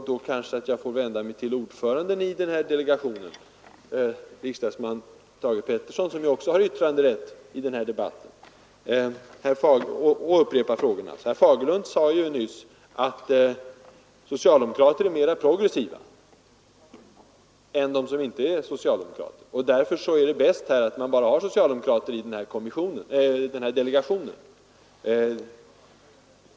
Då kanske jag får vända mig till ordföranden i delegationen, riksdagsman Thage Peterson, som också har yttranderätt i denna debatt, med samma frågor. Herr Fagerlund sade nyss att socialdemokrater är mera progressiva än de som inte är socialdemokrater, och därför är det bäst att man bara har socialdemokrater i jämställdhetsdelegationen.